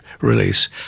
release